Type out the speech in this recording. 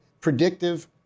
predictive